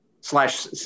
Slash